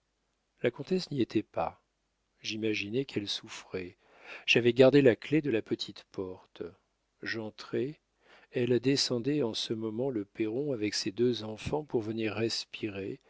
la comtesse n'y était pas j'imaginai qu'elle souffrait j'avais gardé la clef de la petite porte j'entrai elle descendait en ce moment le perron avec ses deux enfants pour venir respirer